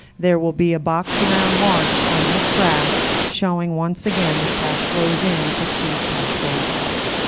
there will be a box around march on this graph showing once again that cash flows in exceed cash flows out.